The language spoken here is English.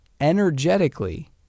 energetically